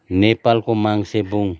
नेपालको माङ्सेबुङ